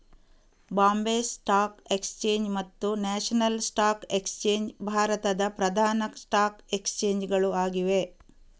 Bombay stock exchange ಮತ್ತು national stock exchange ಭಾರತದ ಪ್ರಧಾನ ಸ್ಟಾಕ್ ಎಕ್ಸ್ಚೇಂಜ್ ಗಳು ಆಗಿವೆ